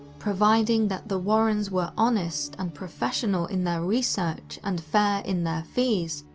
providing that the warrens were honest and professional in their research and fair in their fees,